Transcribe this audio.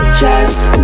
chest